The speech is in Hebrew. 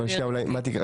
רגע מטי,